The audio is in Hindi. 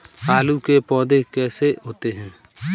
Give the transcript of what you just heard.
आलू के पौधे कैसे होते हैं?